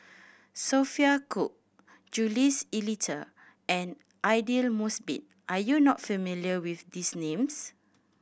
Sophia Cooke Jules Itier and Aidli Mosbit are you not familiar with these names